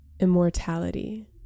immortality